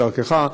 דרכך,